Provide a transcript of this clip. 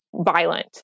violent